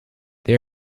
they